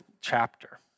chapter